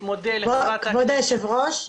כבוד היושב ראש,